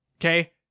Okay